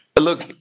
Look